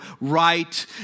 right